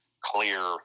clear